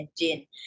engine